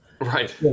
Right